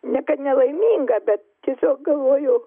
ne kad nelaiminga bet tiesiog galvoju